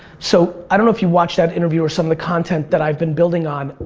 so i don't know if you watched that interview or some of the content that i've been building on,